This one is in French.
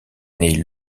née